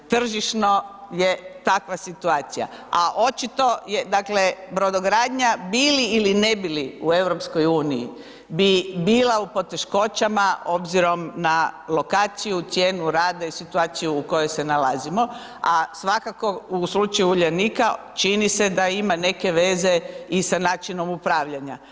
Tržišno je takva situacija, a očito, dakle, brodogradnja, bili ili ne bili u EU, bi bila u poteškoćama, obzirom na lokaciju, cijenu rada i situaciju u kojoj se nalazimo, a svakako u slučaju Uljanika, čini se da ima neke veze i sa načinom upravljanja.